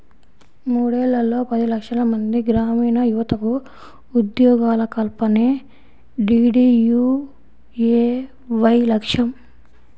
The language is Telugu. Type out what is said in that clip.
మూడేళ్లలో పది లక్షలమంది గ్రామీణయువతకు ఉద్యోగాల కల్పనే డీడీయూఏవై లక్ష్యం